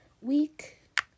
week